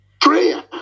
Prayer